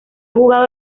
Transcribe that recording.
jugado